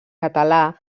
català